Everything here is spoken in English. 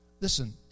Listen